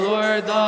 Lord